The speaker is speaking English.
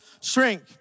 shrink